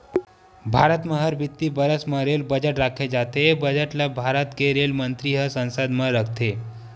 भारत म हर बित्तीय बरस म रेल बजट राखे जाथे ए बजट ल भारत के रेल मंतरी ह संसद म रखथे